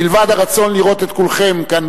מלבד הרצון לראות את כולכם כאן,